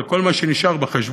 על כל מה שנשאר בחשבון,